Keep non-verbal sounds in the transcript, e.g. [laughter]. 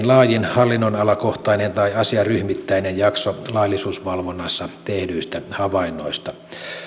[unintelligible] laajin hallinnonalakohtainen tai asiaryhmittäinen jakso laillisuusvalvonnassa tehdyistä havainnoista